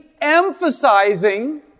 emphasizing